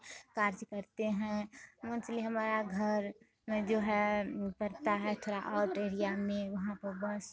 कार्य करते हैं इसलिए हमारा घर में जो है पड़ता है थोड़ा आउट एरिया में थोड़ा बस